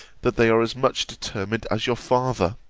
that they are as much determined as your father